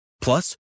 Plus